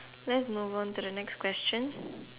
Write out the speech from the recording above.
let's move on to the next question